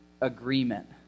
agreement